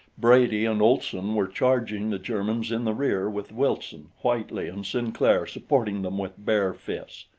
brady and olson were charging the germans in the rear with wilson, whitely, and sinclair supporting them with bare fists.